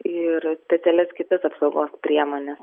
ir specialias kitas apsaugos priemones